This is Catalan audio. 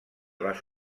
les